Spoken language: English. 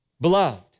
Beloved